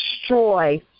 destroy